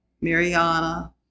Mariana